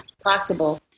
Possible